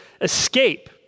escape